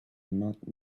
not